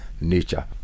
nature